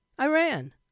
Iran